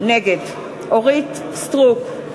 נגד אורית סטרוק,